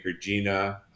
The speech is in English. Gina